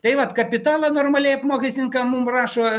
tai vat kapitalą normaliai apmokestint ką mum rašo